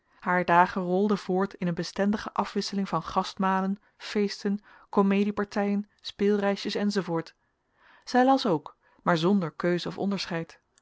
haar dagen rolden voort in eene bestendige afwisseling van gastmalen feesten comediepartijen speelreisjes enz zij las ook maar zonder keus of onderscheid